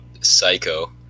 psycho